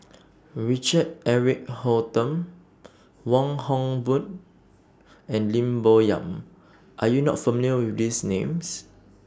Richard Eric Holttum Wong Hock Boon and Lim Bo Yam Are YOU not familiar with These Names